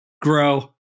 Grow